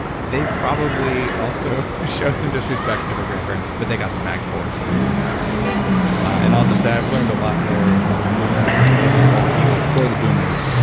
they probably also showed some disrespect to their grandparents, but they got smacked for, so they learned not to and i'll just say i've learned a lot more from boomers and whatever you call the people before the boomers.